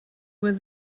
was